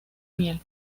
miel